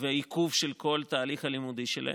ועיכוב של כל התהליך הלימודי שלהם,